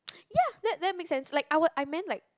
ya that that make sense like I would I meant like